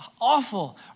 awful